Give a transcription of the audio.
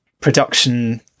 production